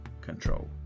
control